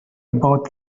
about